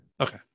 Okay